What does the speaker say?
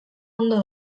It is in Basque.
ondo